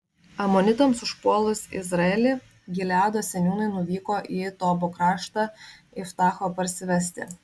amonitams užpuolus izraelį gileado seniūnai nuvyko į tobo kraštą iftacho parsivesti